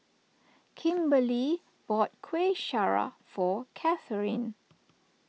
Kimberlee bought Kueh Syara for Catherine